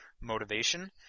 motivation